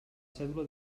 cèdula